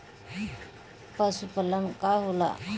पशुपलन का होला?